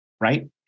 right